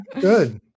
good